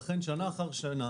שנה אחרי שנה